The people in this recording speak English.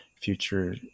future